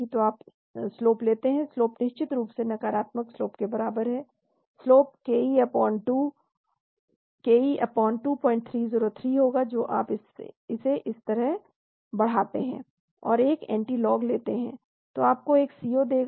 तो आप स्लोप लेते हैं स्लोप निश्चित रूप से नकारात्मक स्लोप के बराबर है स्लोप ke2303 होगा तो आप इसे इस तरह बढ़ाते हैं और एक एंटीलॉग लेते हैं जो आपको एक C0 देगा